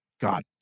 God